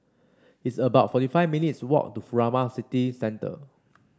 it's about forty five minutes' walk to Furama City Centre